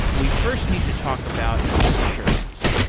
we first need to talk about insurance.